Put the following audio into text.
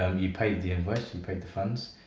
and you paid the invoice. you paid the funds.